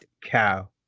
cow